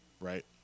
right